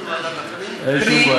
דיון בוועדת הפנים.